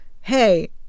hey